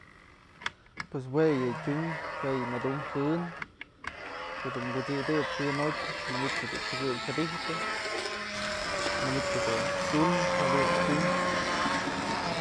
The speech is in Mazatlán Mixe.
Pues yë tyun, jue yë myëdum jën, kodun kut'sidëp jën jotyë manytë dun tyëkëy jadijpë, manytë dun tyunë, jadun dun tyun.